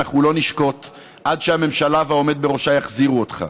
אנחנו לא נשקוט עד שהממשלה והעומד בראשה יחזירו אותך.